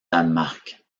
danemark